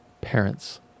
parents